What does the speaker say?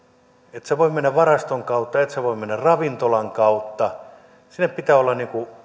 et sinä voi mennä varaston kautta et sinä voi mennä ravintolan kautta sinne pitää olla